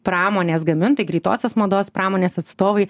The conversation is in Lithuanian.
pramonės gamintojai greitosios mados pramonės atstovai